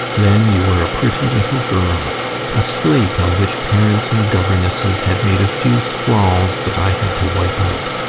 then you were a pretty little girl a slate on which parents and governesses had made a few scrawls that i had to wipe out.